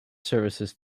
services